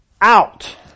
out